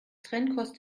trennkost